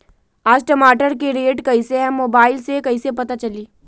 आज टमाटर के रेट कईसे हैं मोबाईल से कईसे पता चली?